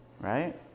Right